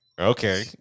Okay